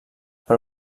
per